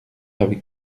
avec